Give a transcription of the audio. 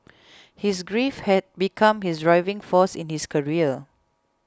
his grief had become his driving force in his career